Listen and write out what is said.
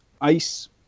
ice